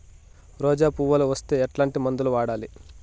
రోజా పువ్వులు వస్తే ఎట్లాంటి మందులు వాడాలి?